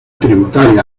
tributaria